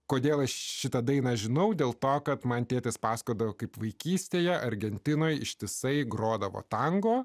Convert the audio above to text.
kodėl šita daina žinau dėl to kad man tėtis pasakodavo kaip vaikystėje argentinoje ištisai grodavo tango